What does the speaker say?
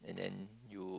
and then